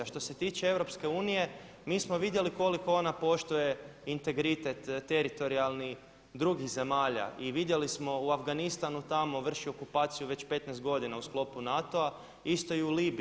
A što se tiče EU mi smo vidjeli koliko ona poštuje integritet teritorijalni drugih zemalja i vidjeli smo u Afganistanu tamo vrši okupaciju već 15 godina u sklopu NATO-a isto i u Libiji.